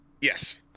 Yes